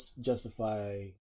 justify